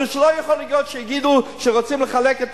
ולא יכול להיות שיגידו שרוצים לחלק את